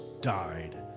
died